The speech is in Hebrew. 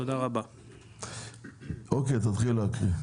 תתחיל להקריא.